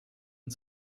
und